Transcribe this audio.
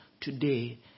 today